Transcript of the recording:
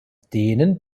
denen